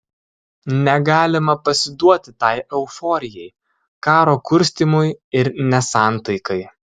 negalima pasiduoti tai euforijai karo kurstymui ir nesantaikai